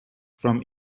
from